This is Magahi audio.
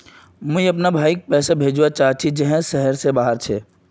मुई अपना भाईक पैसा भेजवा चहची जहें शहर से बहार छे